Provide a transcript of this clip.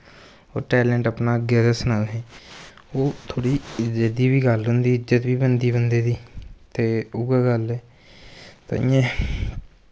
ओह् टैलेंट अपना अग्गैं दस्सना तुसें ओह् थोह्ड़ी इज्जत दी गल्ल बी होंदी इज्जत बी बनदी बंदे दी ते उ'ऐ गल्ल ऐ ते इ'यां